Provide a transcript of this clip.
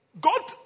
God